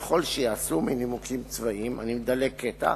יכול שייעשו מנימוקים צבאיים" אני מדלג קטע,